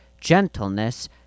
gentleness